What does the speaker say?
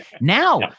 Now